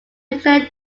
nuclear